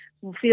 feel